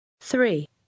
Three